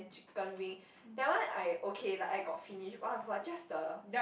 chicken wing that one I okay like I got finish !wah! but just the